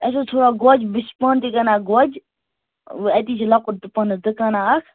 اَسہِ اوس تھوڑا گوجہِ بہٕ چھُس پانہٕ تہِ کٕنان گوجہِ وۄنۍ اَتی چھِ لۄکُٹ تہٕ پانَس دُکانَہ اکھ